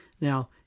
Now